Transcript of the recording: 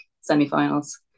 semi-finals